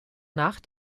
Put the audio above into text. nach